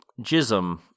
jism